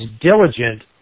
diligent